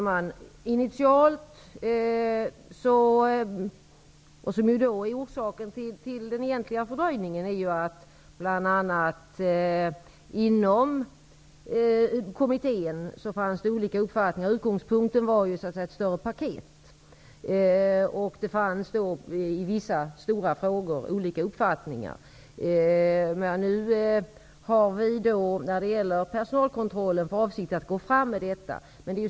Fru talman! Orsaken till fördröjningen är att det bl.a. inom kommittén fanns olika uppfattningar. Utgångspunkten var att man skulle lägga fram ett större paket. Det fanns olika uppfattningar i vissa stora frågor. Vi har när det gäller frågan om personalkontrollen för avsikt att lägga fram förslaget.